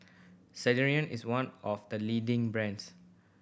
Ceradan is one of the leading brands